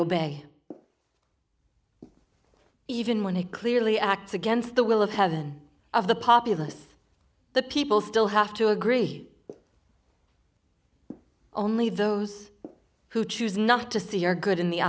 obey even when it clearly acts against the will of heaven of the populace the people still have to agree only those who choose not to see are good in the